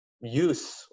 use